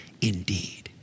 indeed